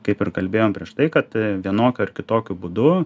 kaip ir kalbėjom prieš tai kad vienokiu ar kitokiu būdu